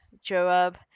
Joab